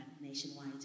nationwide